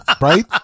Right